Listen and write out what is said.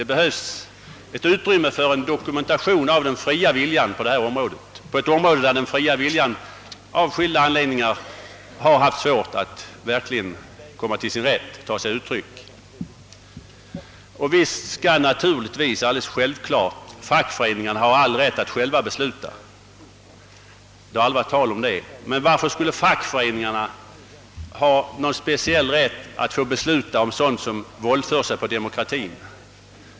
Det behövs utrymme för en dokumentation av den fria viljan på detta område, där den fria viljan av skilda anledningar har haft svårt att kunna ta sig uttryck. Naturligtvis skall fackföreningarna ha all rätt att själva besluta — det har aldrig varit tal om annat. Men varför skulle fackföreningarna ha någon speciell rätt att besluta om sådant som våldför sig på demokratien?